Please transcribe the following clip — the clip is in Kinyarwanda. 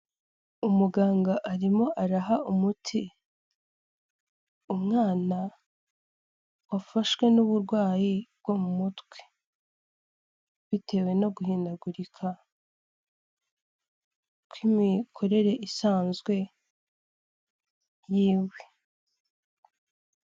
Umuganga arimo araha umuti umwana wafashwe n'uburwayi bwo mu mutwe, bitewe no guhindagurika kw'imikorere isanzwe yiwe.